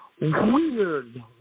Weird